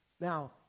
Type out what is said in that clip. Now